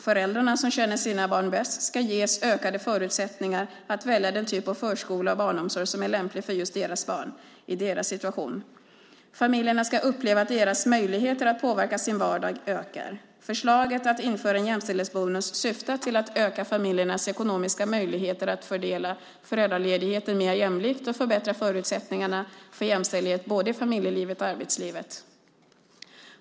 Föräldrarna - som känner sina barn bäst - ska ges ökade förutsättningar att välja den typ av förskola och barnomsorg som är lämplig för just deras barn, i deras situation. Familjerna ska uppleva att deras möjligheter att påverka sin vardag ökar. Förslaget att införa en jämställdhetsbonus syftar till att öka familjernas ekonomiska möjligheter att fördela föräldraledigheten mer jämlikt och förbättra förutsättningarna för jämställdhet både i familjelivet och i arbetslivet.